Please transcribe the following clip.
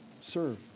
Serve